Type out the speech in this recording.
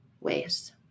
ways